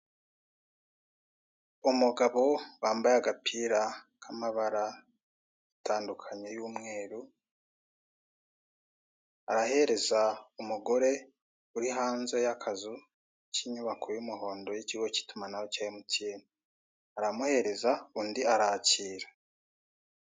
Umugabo wambaye agapira k'amabara atandukanye y'umweru, arahereza umugore uri hanze y'akazu k'inyubako y'umuhondo y'ikigo cy'itumanaho cya emutiyeni, aramuhereza undi aracyira.